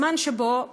הזמן שבו כולן,